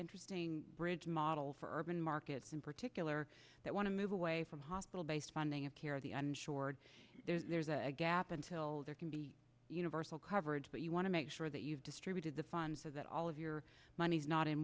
interesting bridge model for urban markets in particular that want to move away from hospital based funding of care of the uninsured there's a gap until there can be universal coverage but you want to make sure that you've distributed the funds so that all of your money is not in